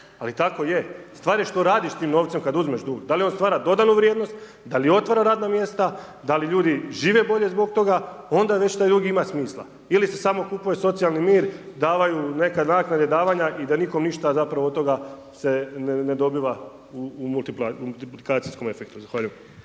ali tako je. Stvar je što radiš s tim novcem kada uzmeš dug. Da li on stvara dodanu vrijednost, da li otvara radna mjesta, da li ljudi žive bolje zbog toga onda već taj dug ima smisla, ili se samo kupuje socijalni mir, davaju neke naknade, davanja i da nikom ništa zapravo od toga se ne dobiva u multiplikacijskom efektu. Zahvaljujem.